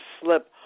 slip